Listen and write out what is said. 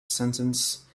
sentence